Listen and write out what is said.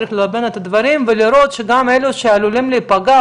צריך ללבן את הדברים ולראות שגם אלה שעלולים להיפגע,